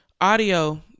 audio